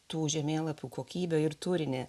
tų žemėlapių kokybę ir turinį